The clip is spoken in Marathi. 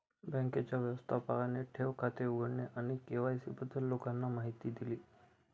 बँकेच्या व्यवस्थापकाने ठेव खाते उघडणे आणि के.वाय.सी बद्दल लोकांना माहिती दिली